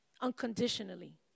Unconditionally